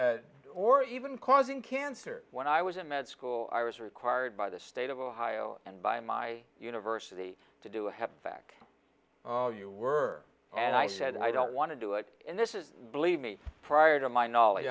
or even causing cancer when i was in med school i was required by the state of ohio and by my university to do a have back oh you were and i said i don't want to do it and this is believe me prior to my knowledge